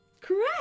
Correct